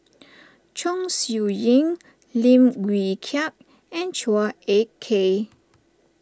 Chong Siew Ying Lim Wee Kiak and Chua Ek Kay